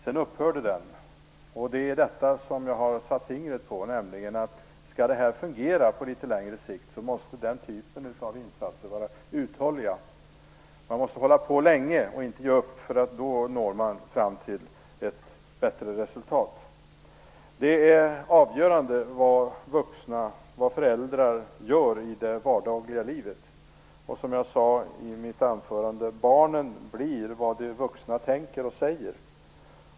Sedan upphörde den, och det är detta jag har satt fingret på: Skall detta fungera på litet längre sikt måste den typen av insatser vara uthålliga. Man måste hålla på länge och inte ge upp. Då når man fram till ett bättre resultat. Det är avgörande vad vuxna och föräldrar gör i det vardagliga livet. Som jag sade i mitt anförande: Barnen blir vad de vuxna tänker och säger.